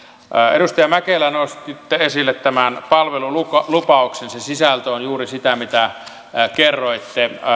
edustaja mäkelä nostitte esille tämän palvelulupauksen se sisältö on juuri sitä mitä kerroitte